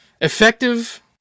Effective